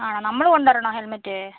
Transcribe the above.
ആണോ നമ്മൾ കൊണ്ട് വരണോ ഹെൽമറ്റ്